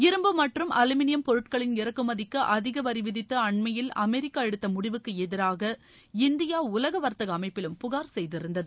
இரும்பு மற்றும் அலுமினியம் பொருட்களின் இறக்குமதிக்கு அதிக வரி விதித்து அண்மையில் அமெிக்கா எடுத்த முடிவுக்கு எதிராக இந்தியா உலக வர்த்தக அமைப்பிலும் புகார் செய்திருந்தது